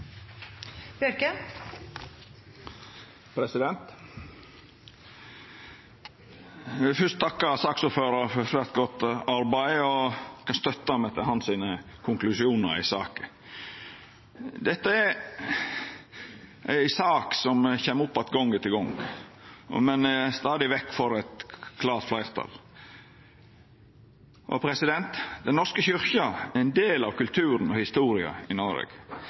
i saka. Dette er ei sak som kjem opp att gong etter gong, men som stadig vekk får eit klart fleirtal imot seg. Den norske kyrkja er ein del av kulturen og historia i Noreg.